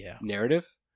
narrative